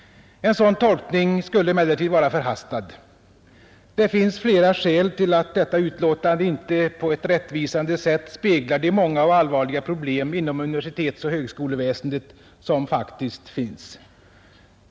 En sådan tolkning skulle emellertid vara förhastad. Det finns flera skäl till att detta betänkande inte på ett rättvisande sätt speglar de många och allvarliga problem inom universitetsoch högskoleväsendet som faktiskt finns.